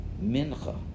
mincha